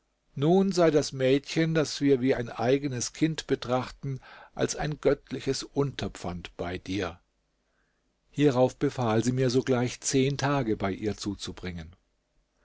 nun sei das mädchen das wir wie ein eigenes kind betrachten als ein göttliches unterpfand bei dir hierauf befahl sie mir sogleich zehn tage bei ihr zuzubringen